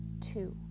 two